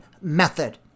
method